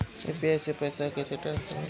UPI से पैसा कैसे ट्रांसफर होला?